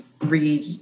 read